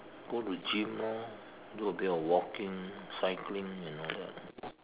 go to gym lor do a bit of walking cycling and all that